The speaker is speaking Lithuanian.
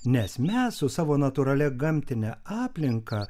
nes mes su savo natūralia gamtine aplinka